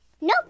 Nope